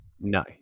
No